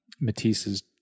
Matisse's